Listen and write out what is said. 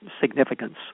significance